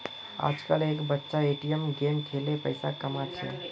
आजकल एर बच्चा ए.टी.एम गेम खेलें पैसा कमा छे